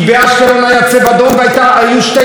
עכשיו, למה מסתירים את כל מה שקורה?